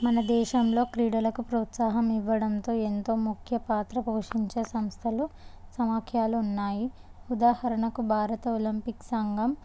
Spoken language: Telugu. మన దేశంలో క్రీడలకు ప్రోత్సాహం ఇవ్వడంతో ఎంతో ముఖ్య పాత్ర పోషించే సంస్థలు సమాఖ్యలు ఉన్నాయి ఉదాహరణకు భారత ఒలంపిక్ సంఘం